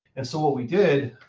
and so what we did